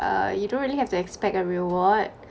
uh you don't really have to expect a reward